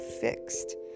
fixed